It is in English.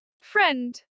Friend